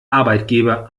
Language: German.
arbeitgeber